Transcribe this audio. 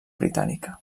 britànica